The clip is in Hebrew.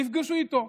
נפגשו איתו.